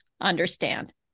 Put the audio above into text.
understand